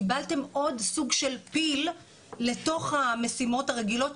קיבלת עוד סוג של פיל לתוך המשימות הרגילות,